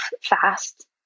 fast